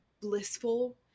blissful